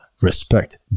respect